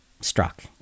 struck